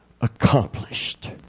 accomplished